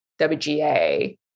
WGA